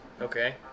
Okay